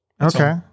Okay